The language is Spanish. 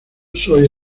soy